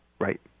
Right